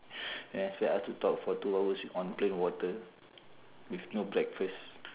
and expect us to talk for two hours with one plain water with no breakfast